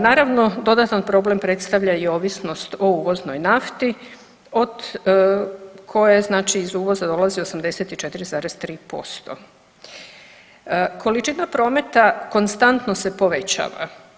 Naravno, dodatan problem predstavlja i ovisnost o uvoznoj nafti, od koje znači iz uvoza dolazi 84,3% Količina prometa konstantno se povećava.